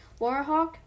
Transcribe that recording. Warhawk